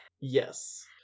Yes